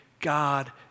God